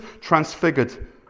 transfigured